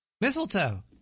Mistletoe